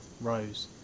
Rose